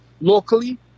locally